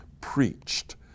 preached